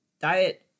diet